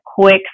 quick